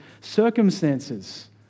circumstances